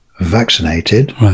vaccinated